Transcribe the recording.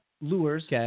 Lures